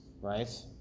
right